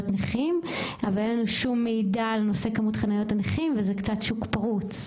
נכים אבל אין לנו שום מידע על נושא כמות חניות הנכים וזה קצת שוק פרוץ.